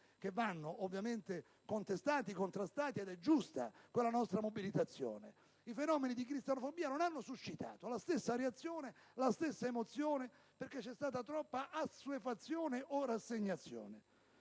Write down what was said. che vanno ovviamente contestati e contrastati: è dunque stata giusta la nostra mobilitazione. I fenomeni di cristianofobia non hanno però suscitato la stessa reazione e la stessa emozione, perché c'è stata troppa assuefazione o troppa rassegnazione.